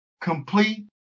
complete